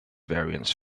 variants